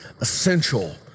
essential